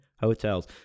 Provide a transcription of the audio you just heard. hotels